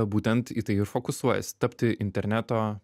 būtent į tai ir fokusuojasi tapti interneto